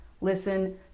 Listen